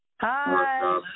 Hi